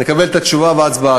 נקבל את התשובה ונצביע.